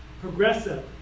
Progressive